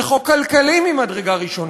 זה חוק כלכלי ממדרגה ראשונה,